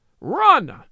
Run